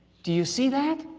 do you see that?